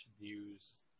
news